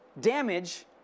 damage